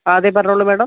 അതെ പറഞ്ഞോളൂ മാഡം